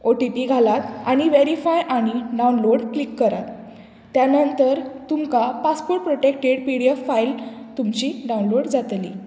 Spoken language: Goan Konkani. ओ टी पी घालात आनी वेरिफाय आनी डावनलोड क्लीक करात त्या नंतर तुमकां passport protected P D F file तुमची डावनलोड जातली